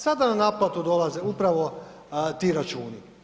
Sada na naplatu dolaze upravo ti računi.